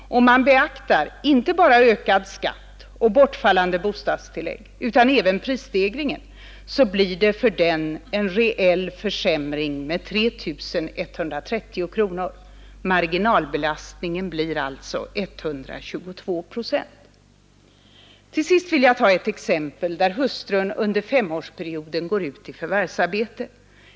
Om man beaktar inte bara ökad skatt och bortfallande bostadstillägg utan även prisstegringen, blir det för honom en reell försämring med 3 130 kronor. Marginalbelastningen blir alltså 122 procent. Till sist vill jag ta ett exempel där hustrun under femårsperioden går ut i förvärvsarbete.